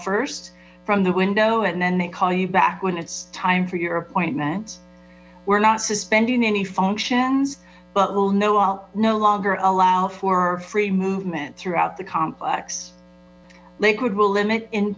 first from the window and then they call you back when it's time for your appointment we're not suspending any functions but we'll know no longer allow for free movement throughout the complex lakewood will limit in